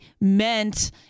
meant